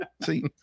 See